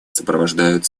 сопровождают